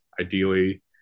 ideally